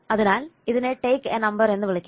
അതിനാൽ ഇതിനെ take a number എന്ന് വിളിക്കുന്നു